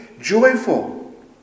joyful